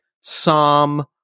Psalm